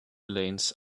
lanes